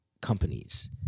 companies